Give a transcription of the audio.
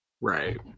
Right